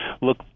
look